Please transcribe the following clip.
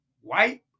white